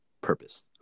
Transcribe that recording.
purpose